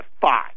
five